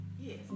Yes